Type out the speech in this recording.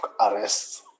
arrest